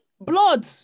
blood